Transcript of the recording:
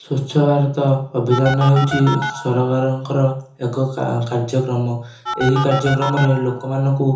ସ୍ଵଚ୍ଛ ଭାରତ ଅଭିଯାନ ହେଉଛି ସରକାରଙ୍କର ଏକ କାର୍ଯ୍ୟକ୍ରମ ଏହି କାର୍ଯ୍ୟକ୍ରମରେ ଲୋକମାନଙ୍କୁ